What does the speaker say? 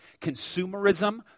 consumerism